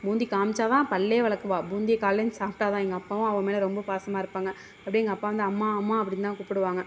பூந்தி காமித்தா தான் பல்லே விலக்குவா பூந்தியை காலைல எழுந்து சாப்பிட்டா தான் எங்கள் அப்பாவும் அவள் மேலே ரொம்ப பாசமாக இருப்பாங்க அப்படியே எங்கள் அப்பா வந்து அம்மா அம்மா அப்படினு தான் கூப்பிடுவாங்க